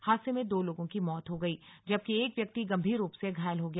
हादसे में दो लोगों की मौत हो गई जबकि एक व्यक्ति गंभीर रूप से घायल हो गया